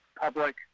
public